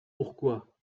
pourquoi